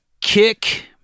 Kick